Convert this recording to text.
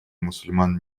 мусульман